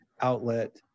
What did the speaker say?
outlet